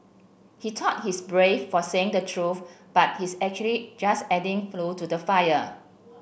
he thought he's brave for saying the truth but he's actually just adding fuel to the fire